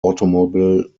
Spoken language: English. automobile